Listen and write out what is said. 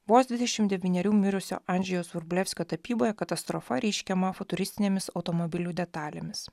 vos dvidešimt devynerių mirusio anžejaus vrublevskio tapyboje katastrofa reiškiama futuristinėmis automobilių detalėmis